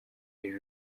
iri